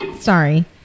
Sorry